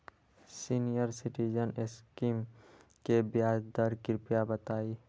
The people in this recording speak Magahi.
सीनियर सिटीजन स्कीम के ब्याज दर कृपया बताईं